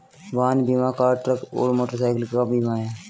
वाहन बीमा car, truck और मोटरसाइकिल का बीमा है